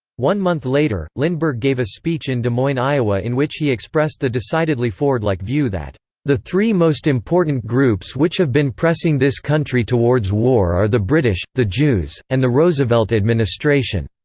one month later lindbergh gave a speech in des moines, iowa in which he expressed the decidedly ford-like view that the three most important groups which have been pressing this country towards war are the british, the jews, and the roosevelt administration.